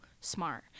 smart